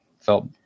felt